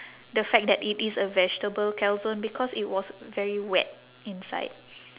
the fact that it is a vegetable calzone because it was very wet inside